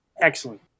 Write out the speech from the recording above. Excellent